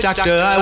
Doctor